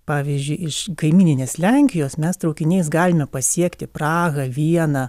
pavyzdžiui iš kaimyninės lenkijos mes traukiniais galime pasiekti prahą vieną